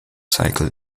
cycle